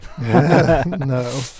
No